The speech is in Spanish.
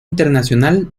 internacional